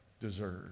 deserve